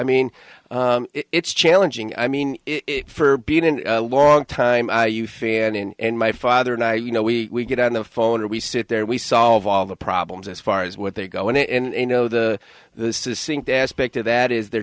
mean it's challenging i mean for being in a long time you fear and my father and i you know we get on the phone or we sit there and we solve all the problems as far as what they go in and you know the this is seeing the aspect of that is they're